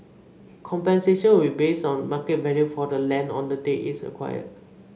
compensation will be based on market value for the land on the date it's acquired